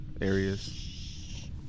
areas